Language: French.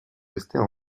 restées